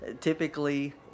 Typically